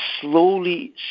slowly